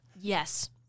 Yes